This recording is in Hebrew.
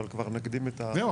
אבל כבר נקדים --- זהו,